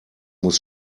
muss